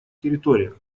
территориях